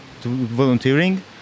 volunteering